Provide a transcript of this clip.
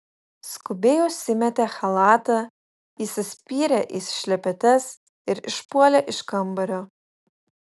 skubiai užsimetė chalatą įsispyrė į šlepetes ir išpuolė iš kambario